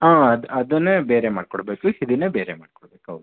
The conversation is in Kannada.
ಹಾಂ ಅದು ಅದನ್ನೇ ಬೇರೆ ಮಾಡಿಕೊಡಬೇಕು ಇದನ್ನೇ ಬೇರೆ ಮಾಡಿಕೊಡಬೇಕು ಹೌದು